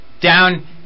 Down